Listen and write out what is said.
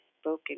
spoken